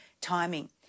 timing